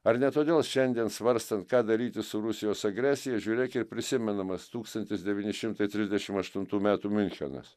ar ne todėl šiandien svarstant ką daryti su rusijos agresija žiūrėk ir prisimenamas tūkstantis devyni šimtai trisdešim aštuntų metų miunchenas